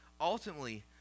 Ultimately